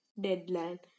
deadline